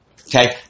Okay